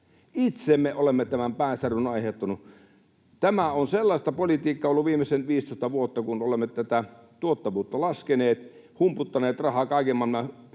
Itse me olemme tämän päänsäryn aiheuttaneet. Tämä on sellaista politiikkaa ollut viimeiset 15 vuotta, kun olemme tuottavuutta laskeneet, humputtaneet rahaa kaiken maailman